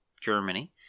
Germany